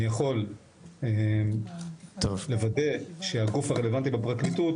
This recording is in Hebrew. אני יכול לוודא שהגוף הרלוונטי בפרקליטות